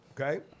Okay